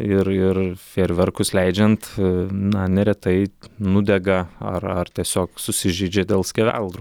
ir ir fejerverkus leidžiant na neretai nudega ar ar tiesiog susižeidžia dėl skeveldrų